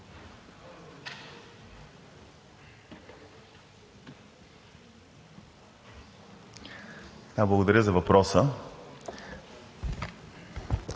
Благодаря за въпроса.